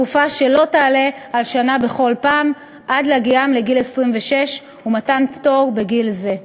לתקופה שלא תעלה על שנה בכל פעם עד הגיעם לגיל 26 ומתן פטור בגיל זה.